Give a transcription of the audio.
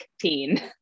teen